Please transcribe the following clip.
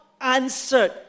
answered